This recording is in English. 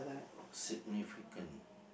significant